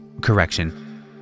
Correction